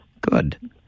Good